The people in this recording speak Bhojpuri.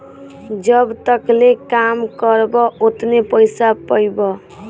जब तकले काम करबा ओतने पइसा पइबा